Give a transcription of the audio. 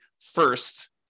first